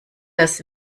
das